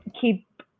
keep